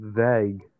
vague